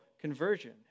conversion